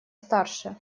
старше